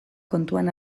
kontuan